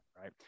right